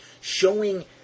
showing